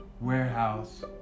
warehouse